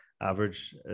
average